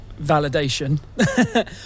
validation